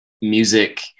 music